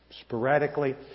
sporadically